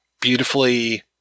beautifully